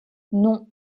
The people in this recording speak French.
non